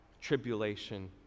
tribulation